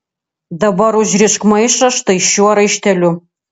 dabar užrišk maišą štai šiuo raišteliu